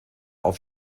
auf